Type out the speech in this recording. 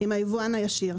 עם היבואן הישיר.